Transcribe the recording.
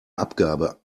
abgabe